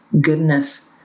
goodness